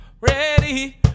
Ready